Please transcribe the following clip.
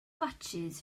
fatsis